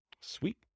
Sweet